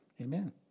Amen